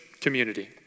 community